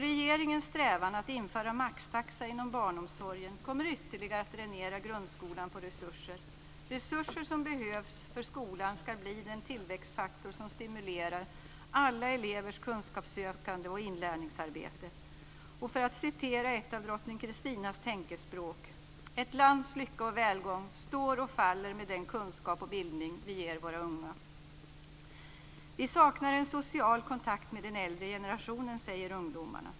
Regeringens strävan att införa maxtaxa inom barnomsorgen kommer att dränera grundskolan på ytterligare resurser, resurser som behövs för att skolan ska bli en tillväxtfaktor som stimulerar alla elevers kunskapssökande och inlärningsarbete. För att citera ett av drottning Kristnas tänkespråk: "Ett lands lycka och välgång står och faller med den kunskap och bildning vi ger våra unga." Vi saknar en social kontakt med den äldre generationen, säger ungdomarna.